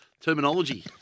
terminology